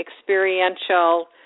experiential